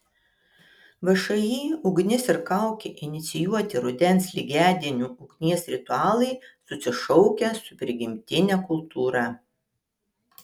všį ugnis ir kaukė inicijuoti rudens lygiadienių ugnies ritualai susišaukia su prigimtine kultūra